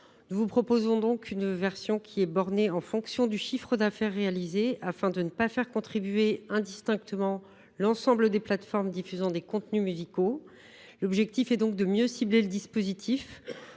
Nous vous proposons une taxe bornée en fonction du chiffre d’affaires réalisé, afin de ne pas faire contribuer indistinctement l’ensemble des plateformes diffusant des contenus musicaux. L’objectif est de mieux cibler le dispositif,